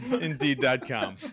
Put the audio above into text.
Indeed.com